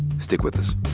stick with us.